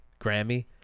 Grammy